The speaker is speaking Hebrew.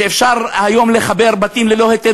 שלפיו אפשר היום לחבר בתים ללא היתר